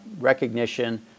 recognition